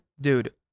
Dude